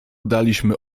daliśmy